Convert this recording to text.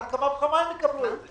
על אחת כמה וכמה הן יקבלו את זה.